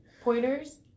Pointers